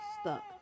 stuck